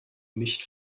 nicht